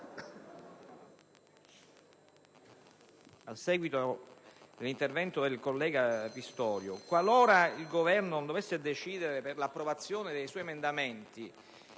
A seguito dell'intervento del collega Pistorio, qualora il Governo non fosse favorevole all'approvazione dei suoi emendamenti,